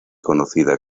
conocida